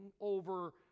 over